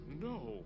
no